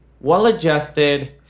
well-adjusted